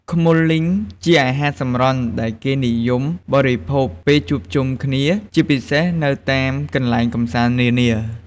ខ្មុលលីងជាអាហារសម្រន់ដែលគេនិយមបរិភោគពេលជួបជុំគ្នា ជាពិសេសនៅតាមកន្លែងកំសាន្តនានា។